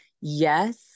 yes